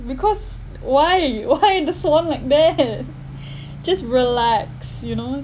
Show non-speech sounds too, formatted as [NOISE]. because why why [LAUGHS] the swan like that [LAUGHS] just relax you know